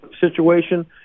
situation